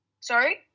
Sorry